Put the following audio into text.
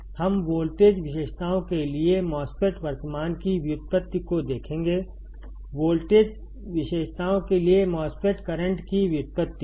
हम वोल्टेज विशेषताओं के लिए MOSFET वर्तमान की व्युत्पत्ति को देखेंगे वोल्टेज विशेषताओं के लिए MOSFET करंट की व्युत्पत्ति